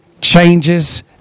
changes